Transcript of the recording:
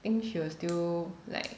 think she will still like